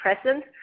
present